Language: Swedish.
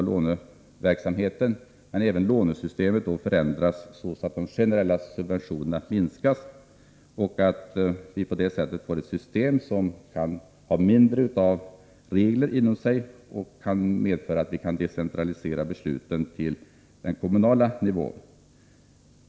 Lånesystemet bör förändras så att de generella subventionerna minskas och att vi på det sättet kan få ett system som har mindre regleringar inom sig och kan medföra att vi kan decentralisera besluten till den kommunala nivån.